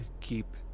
keep